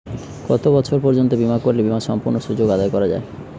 কত বছর পর্যন্ত বিমা করলে বিমার সম্পূর্ণ সুযোগ আদায় করা য়ায়?